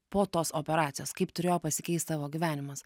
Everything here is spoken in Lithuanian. po tos operacijos kaip turėjo pasikeist tavo gyvenimas